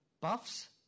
puffs